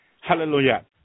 Hallelujah